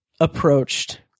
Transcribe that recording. approached